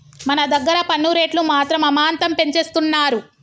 మన దగ్గర పన్ను రేట్లు మాత్రం అమాంతం పెంచేస్తున్నారు